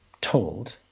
told